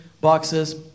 boxes